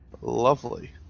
Lovely